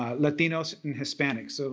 ah latinos and hispanics,